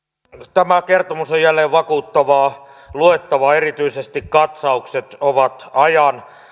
tämä kertomus on jälleen vakuuttavaa luettavaa erityisesti katsaukset ovat ajan